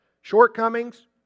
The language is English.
shortcomings